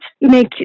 make